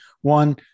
One